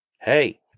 Hey